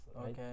okay